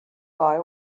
boy